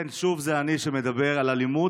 כן, שוב זה אני שמדבר על אלימות